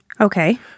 Okay